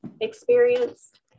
experienced